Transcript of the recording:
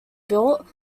built